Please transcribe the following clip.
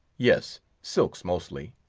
yes, silks, mostly.